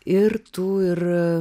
ir tu ir